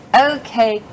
Okay